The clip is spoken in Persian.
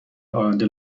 آینده